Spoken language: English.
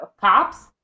Cops